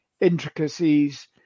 intricacies